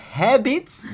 habits